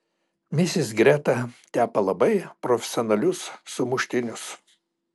misis greta tepa labai profesionalius sumuštinius